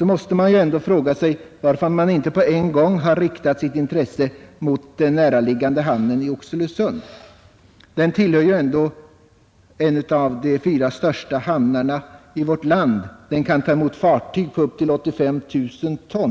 måste jag fråga varför man inte riktat sitt intresse mot den näraliggande hamnen i Oxelösund. Den är en av de fyra största hamnarna i vårt land; den kan ta emot fartyg på upp till 85 000 ton.